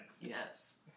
Yes